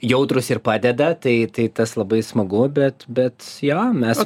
jautrūs ir padeda tai tai tas labai smagu bet bet jo mes